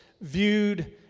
viewed